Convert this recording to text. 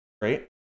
Great